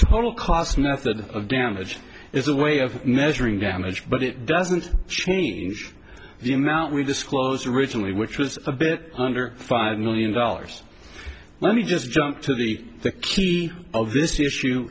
total cost method of damage is a way of measuring damage but it doesn't change the amount we disclose originally which was a bit under five million dollars let me just jump to the key of this issue